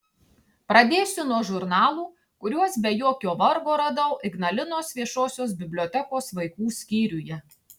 pradėsiu nuo žurnalų kuriuos be jokio vargo radau ignalinos viešosios bibliotekos vaikų skyriuje